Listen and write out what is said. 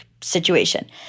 situation